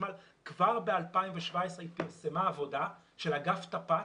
החשמל כבר ב-2017 פרסמה עבודה של אגף תפ"ט,